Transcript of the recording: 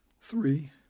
Three